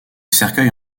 cercueils